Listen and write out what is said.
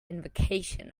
invocation